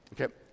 Okay